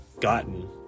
gotten